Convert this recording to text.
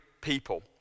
people